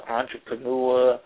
entrepreneur